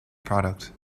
product